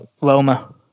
Loma